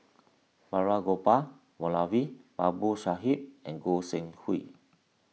Balraj Gopal Moulavi Babu Sahib and Goi Seng Hui